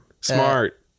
Smart